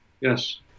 Yes